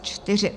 4.